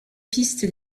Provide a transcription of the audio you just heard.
pistes